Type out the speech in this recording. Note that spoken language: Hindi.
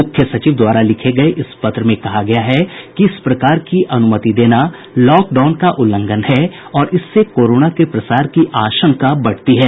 मुख्य सचिव द्वारा लिखे गये इस पत्र में कहा गया है कि इस प्रकार की अनुमति देना लॉक डाउन का उल्लंघन है और इससे कोरोना के प्रसार की आशंका बढ़ती है